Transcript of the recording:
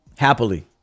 happily